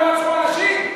מה, הם לא רצחו אנשים?